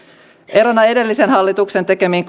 erona edellisen hallituksen tekemiin